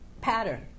Pattern